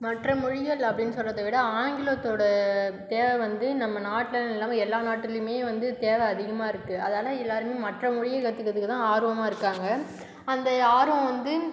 மற்ற மொழிகள் அப்படின்னு சொல்றதை விட ஆங்கிலத்தோடய தேவை வந்து நம்ம நாட்டில்னு இல்லாமல் எல்லா நாட்டுலியுமே வந்து தேவை அதிகமாயிருக்கு அதால எல்லாருமே மற்ற மொழியை கற்றுக்குறதுக்கு தான் ஆர்வமாகருக்காங்க அந்த ஆர்வம் வந்து